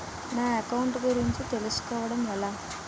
నా అకౌంట్ గురించి తెలుసు కోవడం ఎలా?